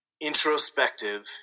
introspective